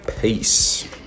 Peace